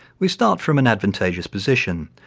we start from an advantageous position.